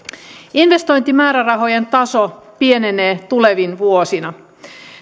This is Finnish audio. investointimäärärahojen taso pienenee tulevina vuosina